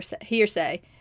hearsay